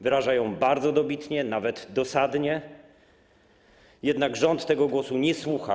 Wyraża ją bardzo dobitnie, nawet dosadnie, jednak rząd tego głosu nie słucha.